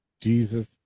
Jesus